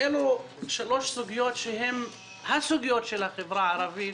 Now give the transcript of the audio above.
אלו שלוש סוגיות שהן הסוגיות של החברה הערבית.